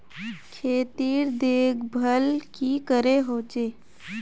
खेतीर देखभल की करे होचे?